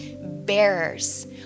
bearers